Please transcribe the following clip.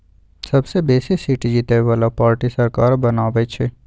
सबसे बेशी सीट जीतय बला पार्टी सरकार बनबइ छइ